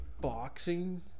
boxing